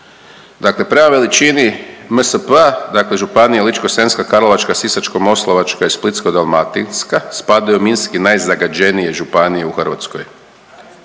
Dakle veličini MSP-a, dakle županija Ličko-senjska, Karlovačka, Sisačko-moslavačka i Splitsko-dalmatinska spadaju u minski najzagađenije županije u Hrvatskoj.